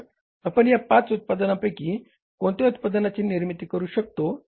तर आपण या पाच उत्पादनांपैकी कोणत्या उत्पादनाची निर्मिती करू शकतो